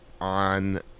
on